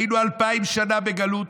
היינו אלפיים שנה בגלות,